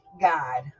God